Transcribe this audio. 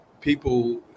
people